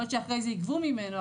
יכול להיות שאחרי זה יגבו ממנו,